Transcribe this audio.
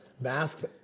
Masks